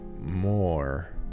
more